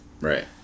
Right